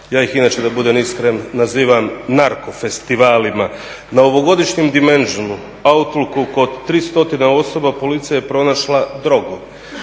Ja ih inače, da budem iskren, nazivam narkofestivalima. Na ovogodišnjem Dimensionsu, Outlooku kod 300 osoba Policija je pronašla drogu.